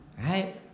Right